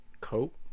coat